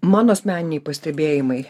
mano asmeniniai pastebėjimai